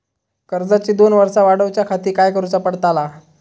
कर्जाची दोन वर्सा वाढवच्याखाती काय करुचा पडताला?